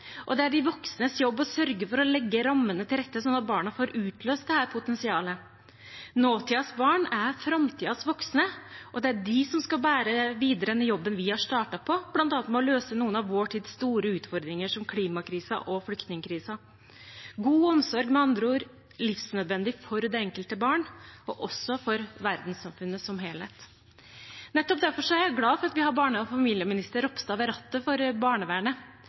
og det er de voksnes jobb å sørge for å legge rammene til rette, slik at barna får utløst dette potensialet. Nåtidens barn er framtidens voksne, og det er de som skal bære videre den jobben vi har startet på, bl.a. med å løse noen av vår tids store utfordringer, som klimakrisen og flyktningkrisen. God omsorg er med andre ord livsnødvendig for det enkelte barn, og også for verdenssamfunnet som helhet. Nettopp derfor er jeg glad for at vi har barne- og familieminister Ropstad ved rattet for barnevernet.